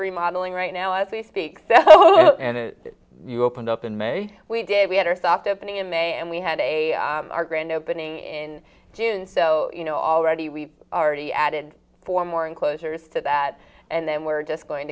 remodelling right now as we speak oh and you opened up in may we did we had our soft opening in may and we had a grand opening in june so you know already we've already added four more enclosures to that and then we're just going